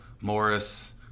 Morris